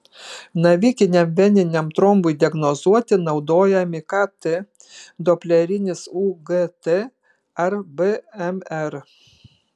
navikiniam veniniam trombui diagnozuoti naudojami kt doplerinis ugt ar bmr